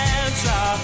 answer